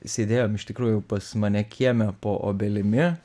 sėdėjom iš tikrųjų pas mane kieme po obelimi